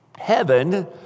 heaven